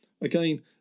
Again